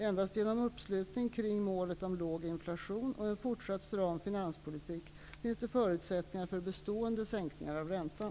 Endast genom en uppslutning kring målet om låg inflation och en fortsatt stram finanspolitik finns det förutsättningar för bestående sänkningar av räntan.